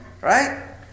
Right